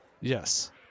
Yes